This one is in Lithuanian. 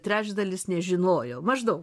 trečdalis nežinojo maždaug